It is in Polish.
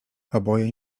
oboje